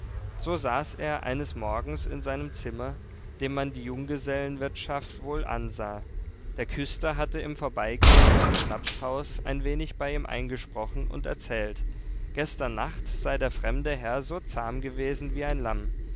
so saß er eines morgens in seinem zimmer dem man die junggesellenwirtschaft wohl ansah der küster hatte im vorbeigehen zum schnapshaus ein wenig bei ihm eingesprochen und erzählt gestern nacht sei der fremde herr so zahm gewesen wie ein lamm